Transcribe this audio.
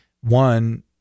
one